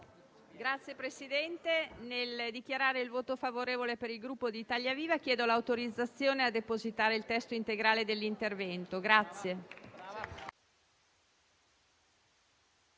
Signor Presidente, nel dichiarare il voto favorevole per il Gruppo Italia Viva, chiedo l'autorizzazione a depositare il testo integrale dell'intervento.